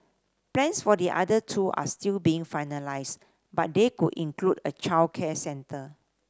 plans for the other two are still being finalised but they could include a childcare centre